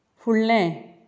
फुडलें